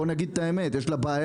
בוא נגיד את האמת, יש לה בעיה.